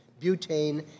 butane